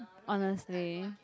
honestly